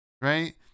right